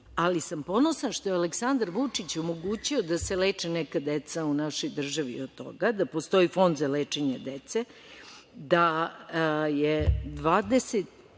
ali sam ponosna što je Aleksandar Vučić omogućio da se leče neka deca u našoj državi od toga, da postoji fond za lečenje dece, da je